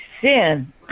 sin